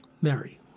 Mary